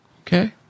Okay